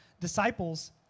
disciples